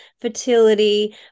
fertility